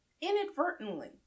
inadvertently